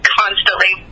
constantly